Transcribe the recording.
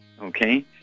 okay